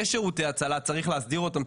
יש שירותי הצלה שצריך להסדיר אותם,